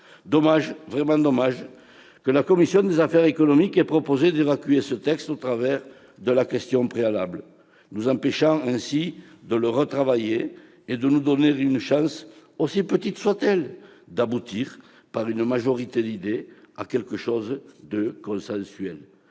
Il est vraiment dommage que la commission des affaires économiques ait proposé d'évacuer ce texte au travers de la question préalable, nous empêchant ainsi de le retravailler et de nous donner une chance, aussi petite soit-elle, d'aboutir, par une majorité d'idées, à un texte consensuel.